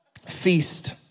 feast